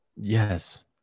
Yes